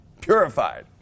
Purified